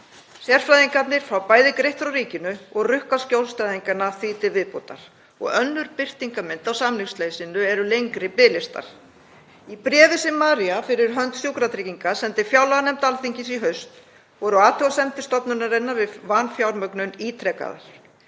Sérfræðingarnir fá bæði greitt frá ríkinu og rukka skjólstæðingana því til viðbótar og önnur birtingarmynd á samningsleysinu eru lengri biðlistar. Í bréfi sem María, fyrir hönd Sjúkratrygginga, sendi fjárlaganefnd Alþingis í haust voru athugasemdir stofnunarinnar við vanfjármögnun ítrekaðar.